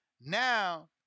Now